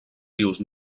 rius